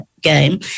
game